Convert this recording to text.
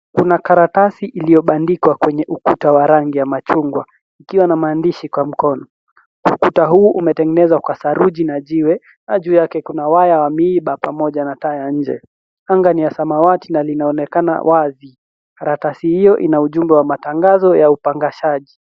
Kuna karatasi iliyobandikwa kwenye ukuta wa rangi ya machungwa ikiwa na maandishi kwa mkono. Ukuta huu umetengenezwa kwenye saruji na jiwe, na juu yake kuna waya ya miba pamoja na taa ya nje. Anga ni ya samawati na linaonekana wazi. Karatasi hiyo ina ujumbe wa matangazo ya upangashaji.